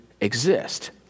exist